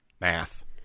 math